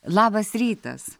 labas rytas